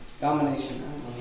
Domination